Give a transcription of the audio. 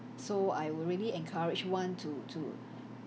so I would really encourage one to to